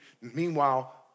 Meanwhile